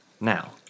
Now